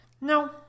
No